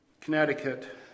Connecticut